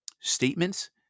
statements